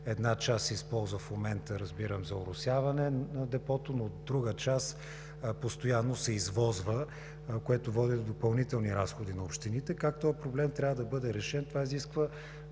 една част се използва в момента, разбирам, за оросяване на Депото, но друга част постоянно се извозва, което води до допълнителни разходи на общините. Как този проблем трябва да бъде решен? Това изисква